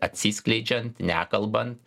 atsiskleidžiant nekalban